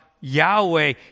Yahweh